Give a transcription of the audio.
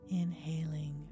inhaling